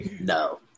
no